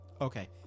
Okay